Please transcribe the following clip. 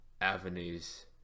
avenues